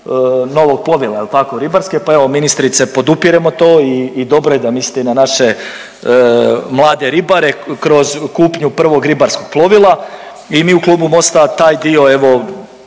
novog plovila jel tako ribarske, pa evo ministrice podupiremo to i dobro je da mislite i na naše mlade ribare kroz kupnju prvog ribarskog plovila i mi u klubu Mosta taj dio evo